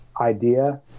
Idea